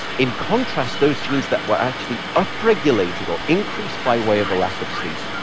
in contrast, those genes that were actually upregulated or increased by way of a lack of sleep,